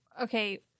Okay